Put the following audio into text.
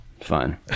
Fine